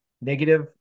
negative